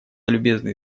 любезные